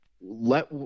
let